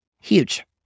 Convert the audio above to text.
Huge